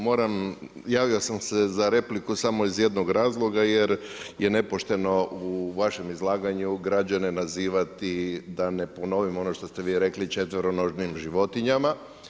Moram, javio sam se za repliku samo iz jednog razloga jer je nepošteno u vašem izlaganju građane nazivati da ne ponovim ono što ste vi rekli četveronožnim životinjama.